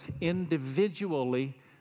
individually